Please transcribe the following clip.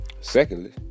Secondly